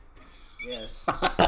Yes